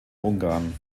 ungarn